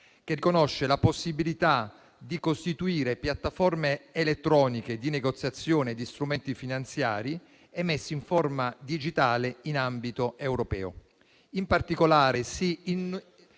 che riconosce la possibilità di costituire piattaforme elettroniche di negoziazione di strumenti finanziari emessi in forma digitale in ambito europeo.